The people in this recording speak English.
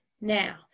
now